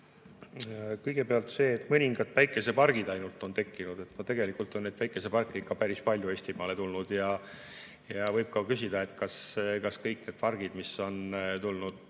Kõigepealt väide, et mõningad päikesepargid ainult on tekkinud. Tegelikult on päikeseparke ikka päris palju Eestimaal tekkinud ja võib ka küsida, kas kõik need pargid, mis on tulnud